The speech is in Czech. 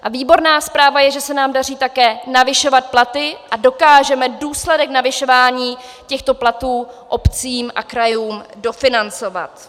A výborná zpráva je, že se nám daří také navyšovat platy a dokážeme důsledek navyšování těchto platů obcím a krajům dofinancovat.